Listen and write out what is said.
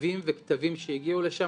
מכתבים וכתבים שהגיעו לשם,